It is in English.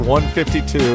152